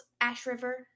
Ashriver